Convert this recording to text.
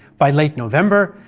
by late november,